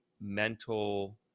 mental